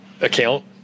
account